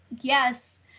yes